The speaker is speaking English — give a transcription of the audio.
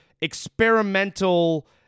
experimental